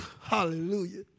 Hallelujah